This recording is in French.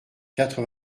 quatre